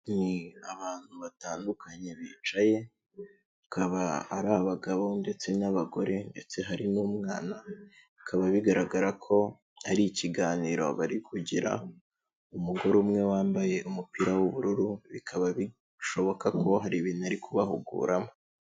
Ni abantu batandukanye bicaye bakaba ari abagabo ndetse n'abagore ndetse hari n'umwana, bikaba bigaragara ko ari ikiganiro bari kugira, umugore umwe wambaye umupira w'ubururu bikaba bishoboka ko hari ibintu ari kubahuguramo.